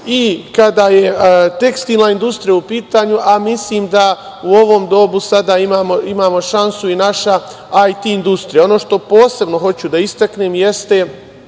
i kada je tekstilna industrija u pitanju, a mislim da u ovom dobu sada ima šansu i naša IT industrija. Ono što posebno hoću da istaknem jeste